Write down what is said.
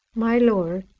my lord,